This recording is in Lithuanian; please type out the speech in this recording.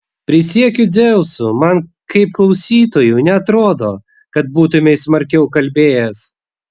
prisiekiu dzeusu man kaip klausytojui neatrodo kad būtumei smarkiau kalbėjęs